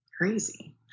crazy